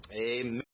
Amen